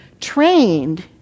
trained